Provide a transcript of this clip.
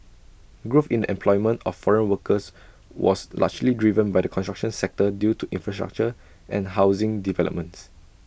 growth in the employment of foreign workers was largely driven by the construction sector due to infrastructure and housing developments